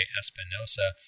espinosa